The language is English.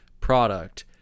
product